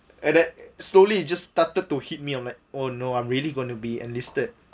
and that slowly it just started to hit me oh man oh no I'm really gonna be enlisted